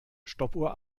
stoppuhr